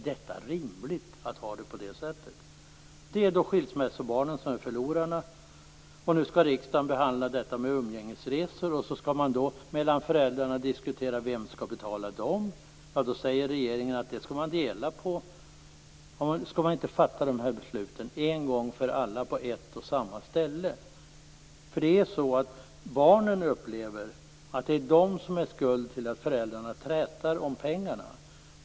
Är det rimligt att ha det på det sättet? Det är skilsmässobarnen som är förlorarna. Snart skall riksdagen behandla detta med umgängesresor. Medan föräldrarna diskuterar vem som skall betala dem säger regeringen att man skall dela på dessa kostnader. Skall man inte en gång för alla fatta besluten på ett och samma ställe? Barnen upplever att det är de som är skuld till att föräldrarna träter om pengarna.